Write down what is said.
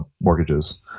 mortgages